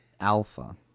Alpha